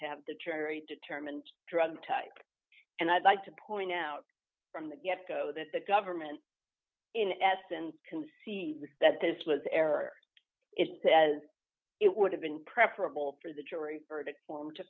to have the jury determined drug and i'd like to point out from the get go that the government in essence concede that this was error it says it would have been preferable for the jury verdict form t